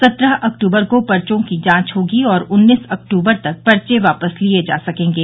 सत्रह अक्टूबर को पर्चो की जांच होगी और उन्नीस अक्टूबर तक पर्चे वापस लिये जा सकेंगे